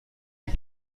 این